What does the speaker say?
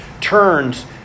turns